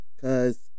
cause